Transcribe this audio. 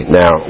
now